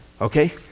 okay